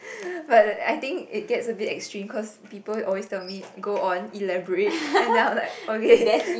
but I think it gets a bit extreme cause people always tell me go on elaborate and then I'm like okay